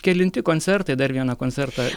kelinti koncertai dar vieną koncertą